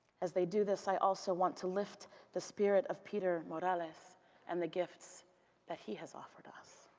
as they do this, i also want to lift the spirit of peter morales and the gifts that he has offered us.